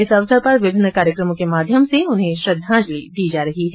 इस अवसर पर विभिन्न कार्यक्रमों के माध्यम से उन्हें श्रद्वाजंलि दी जा रही है